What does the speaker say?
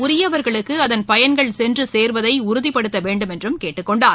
உரியவர்களுக்கு அதன் பயன்கள் சென்று சேருவதை உறுதிபடுத்த வேண்டும் என்றும் கேட்டுக்கொண்டார்